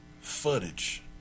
footage